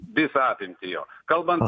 visą apimtį jo kalbant